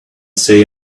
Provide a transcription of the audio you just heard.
say